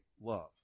love